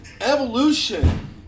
evolution